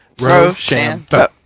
Rochambeau